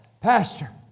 pastor